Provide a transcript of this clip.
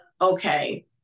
okay